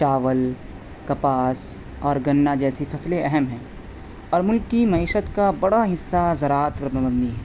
چاول کپاس اور گنّا جیسی فصلیں اہم ہے اور ملک کی معیشت کا بڑا حصہ زراعت پر مبنی ہے